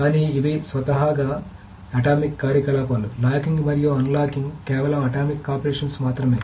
కానీ ఇవి స్వతహాగా అటామిక్ కార్యకలాపాలు లాకింగ్ మరియు అన్లాకింగ్ కేవలం అటామిక్ ఆపరేషన్స్ మాత్రమే